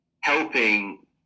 helping